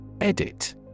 Edit